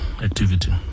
activity